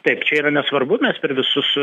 taip čia yra nesvarbu mes per visus